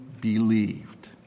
believed